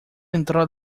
entrar